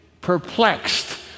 perplexed